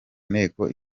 nteko